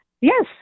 Yes